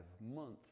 months